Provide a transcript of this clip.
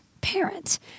parents